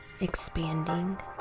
expanding